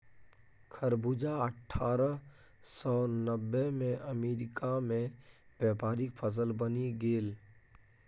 खरबूजा अट्ठारह सौ नब्बेमे अमेरिकामे व्यापारिक फसल बनि गेल